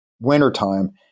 wintertime